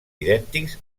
idèntics